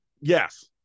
yes